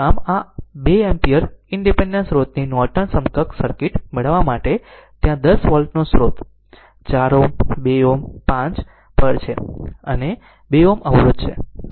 આમ આ 2 ampere independent સ્રોતની નોર્ટન સમકક્ષ સર્કિટ મેળવવા માટે ત્યાં 10 વોલ્ટનો સ્રોત 4 Ω 2 Ω 5 પર છે Ω અને 2 Ω અવરોધ છે